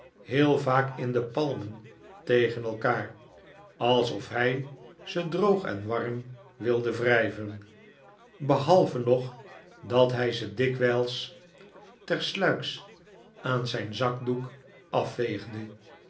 heel vaak de palmen tegen elkaar alsof hij ze droog en warm wilde wrijven behalve nog dat hij ze dikwijls tersluiks aan zijn zakdoek afveegde